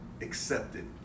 accepted